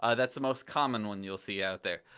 ah that's the most common one you'll see out there.